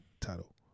title